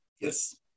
Yes